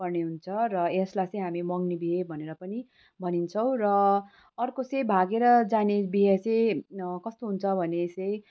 गर्ने हुन्छ र यसलाई चाहिँ हामी मँग्नी बिहे भनेर पनि भनिन्छौँ र अर्को चाहिँ भागेर जाने चाहिँ बिहे चाहिँ कस्तो हुन्छ भने चाहिँ